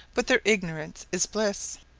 but their ignorance is bliss.